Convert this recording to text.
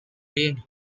being